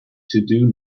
todo